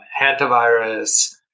hantavirus